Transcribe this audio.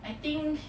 I think